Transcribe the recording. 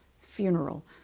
funeral